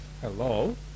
hello